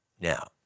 Now